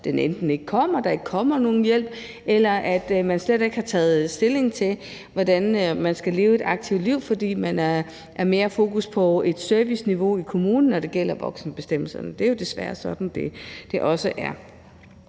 der enten ikke kommer nogen hjælp eller man slet ikke har taget stilling til, hvordan man skal leve et aktivt liv, fordi der er mere fokus på et serviceniveau i kommunen, når det gælder voksenbestemmelserne? Det er jo desværre sådan, det også er.